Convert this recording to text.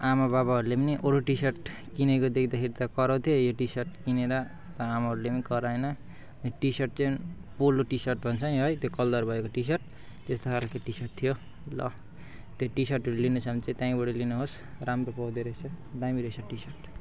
आमाबाबाहरूले पनि अरू टिसर्ट किनेको देख्दाखेरि त कराउँथ्यो यो टिसर्ट किनेर आमाबाबाहरूले पनि कराएन अनि टिसर्ट चाहिँ पोलो टिसर्ट भन्छ नि है त्यो कलर भएको टिसर्ट त्यस्तो खालको टिसर्ट थियो ल त्यो टिसर्टहरू लिन चाहनुहुन्छ त्यहीँबाट लिनुहोस् राम्रो पाउँदोरहेछ दामी रहेछ टिसर्ट